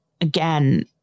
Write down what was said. again